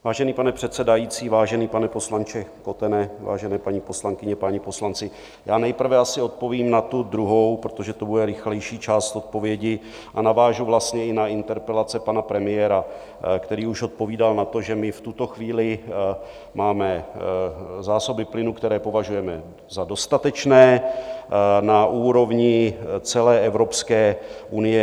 Vážený pane předsedající, vážený pane poslanče Kotene, vážené paní poslankyně, páni poslanci, já nejprve asi odpovím na tu druhou otázku, protože to bude rychlejší část odpovědi, a navážu vlastně i na interpelace pana premiéra, který už odpovídal na to, že my v tuto chvíli máme zásoby plynu, které považujeme za dostatečné, na úrovni celé Evropské unie.